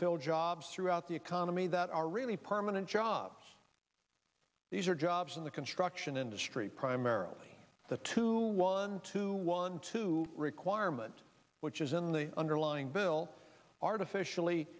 fill jobs throughout the economy that are really permanent jobs these are jobs in the construction industry primarily the two one two one two requirement which is in the underlying bill artificially